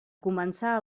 començar